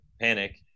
Panic